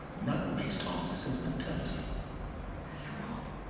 not based on sentimentality you're wrong.